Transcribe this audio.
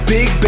Big